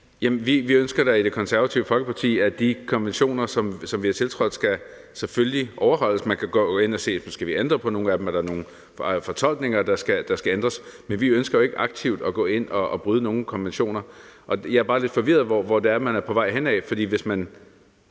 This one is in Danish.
Vi ønsker da i Det Konservative Folkeparti, at de konventioner, som vi har tiltrådt, selvfølgelig skal overholdes. Man kan gå ind at se på, om vi skal ændre på nogle af dem, om der er nogen fortolkninger, der skal ændres, men vi ønsker jo ikke aktivt at gå ind at bryde nogen konventioner. Jeg er bare lidt forvirret over, hvor det er, man er på vej hen,